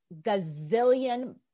gazillion